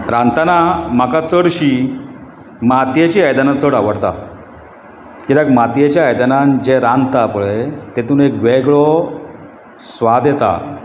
रांदतना म्हाका चडशीं मातयेचीं आयदनां चड आवडटा कित्याक मातयेच्या आयदनांत जें रांदता पळय तेतून एक वेगळो स्वाद येता